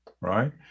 right